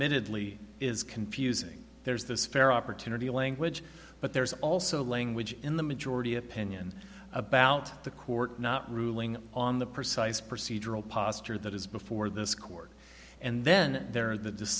minutely is confusing there's this fair opportunity language but there's also language in the majority opinion about the court not ruling on the precise procedural posture that is before this court and then there